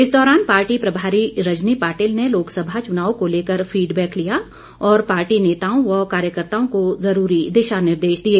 इस दौरान पार्टी प्रभारी रजनी पाटिल ने लोकसभा चुनाव को लेकर फीडबैक लिया और पार्टी नेताओं व कार्यकर्त्ताओं को जरूरी दिशानिर्देश दिए